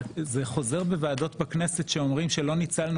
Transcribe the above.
זה חוזר בוועדות בכנסת שאומרים שלא ניצלנו